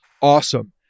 Awesome